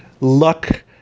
luck